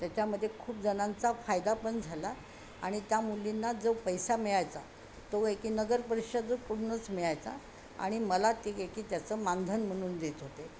त्याच्यामध्ये खूप जणांचा फायदा पण झाला आणि त्या मुलींना जो पैसा मिळायचा तो आहे की नगर परिषदकडूनच मिळायचा आणि मला ते आहे की त्याचं मानधन म्हणून देत होते